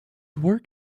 work